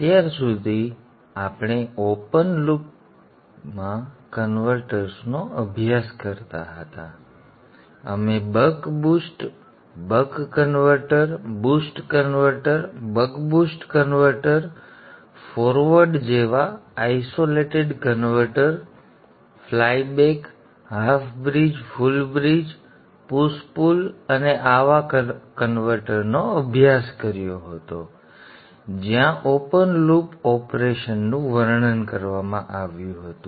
અત્યાર સુધી અમે ઓપન લૂપ્સ માં કન્વર્ટર નો અભ્યાસ કરતા હતા અમે buck boost buck converter boost converter buck boost converter forward જેવા isolated converter flyback half bridge full bridge push pull અને આવા કન્વર્ટરનો અભ્યાસ કર્યો હતો જ્યાં ઓપન લૂપ ઓપરેશન નું વર્ણન કરવામાં આવ્યું હતું